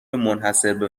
منحصربه